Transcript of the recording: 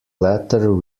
letter